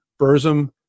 Burzum